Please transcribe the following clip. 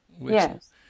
Yes